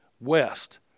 West